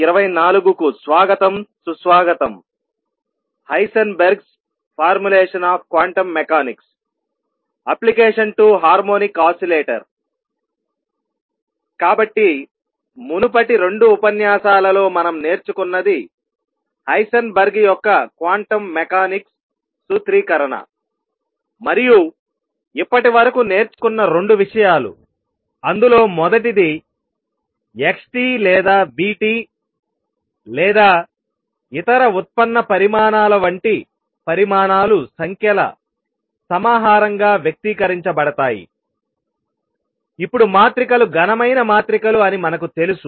కాబట్టి మునుపటి 2 ఉపన్యాసాలలో మనం నేర్చుకున్నది హైసెన్బర్గ్ యొక్క క్వాంటం మెకానిక్స్ సూత్రీకరణ మరియు ఇప్పటివరకు నేర్చుకున్న 2 విషయాలు అందులో మొదటిది xt లేదా vt లేదా ఇతర ఉత్పన్న పరిమాణాల వంటి పరిమాణాలు సంఖ్యల సమాహారంగా వ్యక్తీకరించబడతాయి ఇప్పుడు మాత్రికలు ఘనమైన మాత్రికలు అని మనకు తెలుసు